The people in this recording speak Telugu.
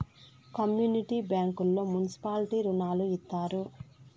కమ్యూనిటీ బ్యాంకుల్లో మున్సిపాలిటీ రుణాలు ఇత్తారు